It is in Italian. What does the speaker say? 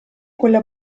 quella